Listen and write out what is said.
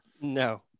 No